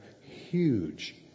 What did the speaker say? huge